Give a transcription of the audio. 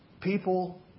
people